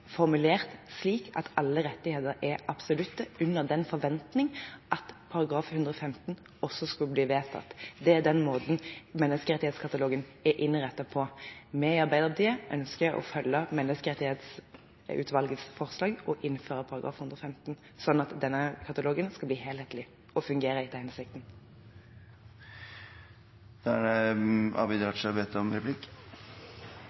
alle rettigheter er absolutte, under den forventning at ny § 115 også skulle bli vedtatt. Det er den måten menneskerettighetskatalogen er innrettet på. Vi i Arbeiderpartiet ønsker å følge Menneskerettighetsutvalgets forslag og innføre ny § 115, slik at denne katalogen skal bli helhetlig og fungere etter hensikten.